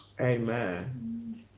amen